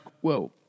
Whoa